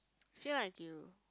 feel like you